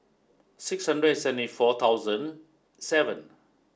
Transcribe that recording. six hundred seventy four thousand seven